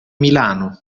milano